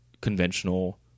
conventional